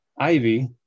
Ivy